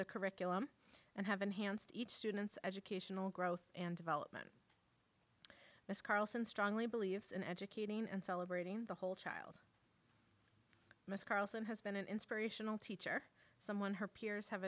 the curriculum and have enhanced each student's educational growth and development mr carlson strongly believes in educating and celebrating the whole child mr carlson has been an inspirational teacher someone her peers have